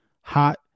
hot